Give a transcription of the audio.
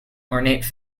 ornate